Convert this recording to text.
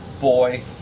boy